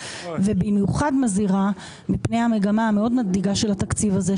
ובמיוחד מזהירה מפני המגמה המאוד מדאיגה של התקציב הזה,